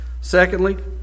Secondly